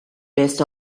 best